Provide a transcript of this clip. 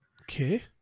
Okay